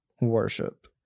worship